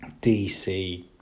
DC